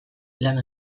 lana